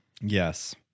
Yes